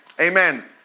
Amen